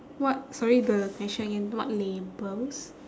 what sorry the question again what labels